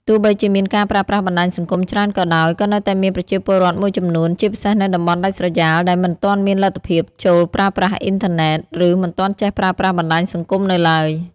ទោះបីជាមានការប្រើប្រាស់បណ្ដាញសង្គមច្រើនក៏ដោយ ក៏នៅតែមានប្រជាពលរដ្ឋមួយចំនួន ជាពិសេសនៅតំបន់ដាច់ស្រយាលដែលមិនទាន់មានលទ្ធភាពចូលប្រើប្រាស់អ៊ីនធឺណិត ឬមិនទាន់ចេះប្រើប្រាស់បណ្ដាញសង្គមនៅឡើយ។